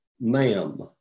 ma'am